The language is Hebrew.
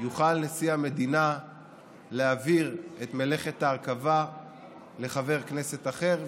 יוכל נשיא המדינה להעביר את מלאכת ההרכבה לחבר כנסת אחר,